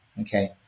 okay